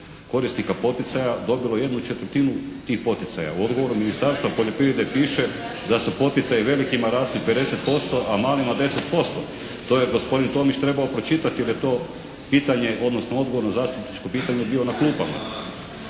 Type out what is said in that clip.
korisnika poticaja dobilo jednu četvrtinu tih poticaja. U odgovoru Ministarstva poljoprivrede piše da su poticaji velikima rasli 50%, a malima 10%. To je gospodin Tomić trebao pročitati jer je to pitanje, odnosno odgovor na zastupničko pitanje bio na klupama.